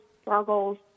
struggles